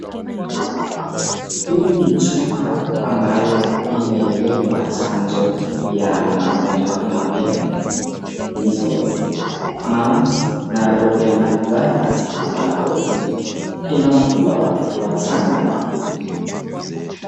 Hii ni chupa ambayo imewekwa chanjo ya magonjwa kama vile measles, mumps na rubella virus ambayo inawakumba watoto wachanga.